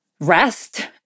rest—